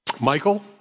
Michael